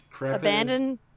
Abandoned